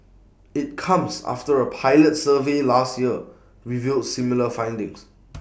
IT comes after A pilot survey last year revealed similar findings